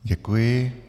Děkuji.